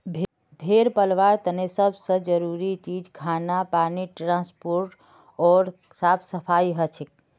भेड़ पलवार तने सब से जरूरी चीज खाना पानी ट्रांसपोर्ट ओर साफ सफाई हछेक